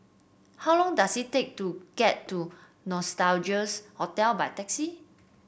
how long does it take to get to Nostalgia Hotel by taxi